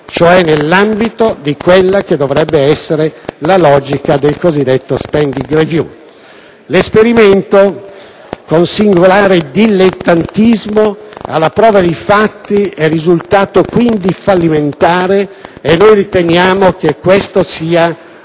(nell'ambito, cioè, di quella che dovrebbe essere la logica della cosiddetta *spending* *review*). L'esperimento, con singolare dilettantismo, alla prova dei fatti è risultato, quindi, fallimentare. Riteniamo che questo sia